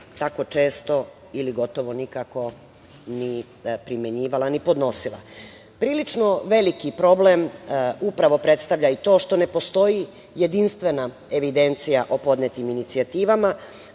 tako često, ili gotovo nikako, ni primenjivala, ni podnosila. Prilično veliki problem upravo predstavlja i to što ne postoji jedinstvena evidencija o podnetim inicijativama,